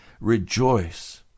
rejoice